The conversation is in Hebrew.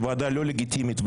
שהיא ועדה לא לגיטימית.